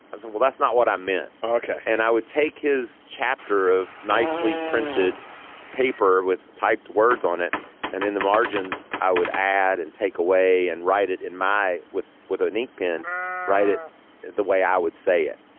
well that's not what i meant. okay. and i would take his chapter of nicely printed paper with typed words on it and in the margins i would add and take away and write it in my with with an ink pen write it the way i would say it.